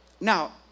Now